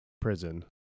prison